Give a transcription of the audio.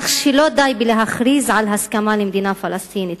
כך שלא די להכריז על הקמת מדינה פלסטינית.